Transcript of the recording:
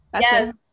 yes